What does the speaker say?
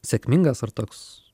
sėkmingas ar toks